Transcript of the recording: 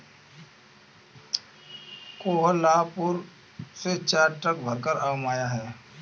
कोहलापुर से चार ट्रक भरकर आम आया है